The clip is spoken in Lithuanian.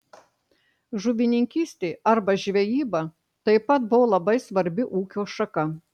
žuvininkystė arba žvejyba taip pat buvo labai svarbi ūkio šaka